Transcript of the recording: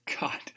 God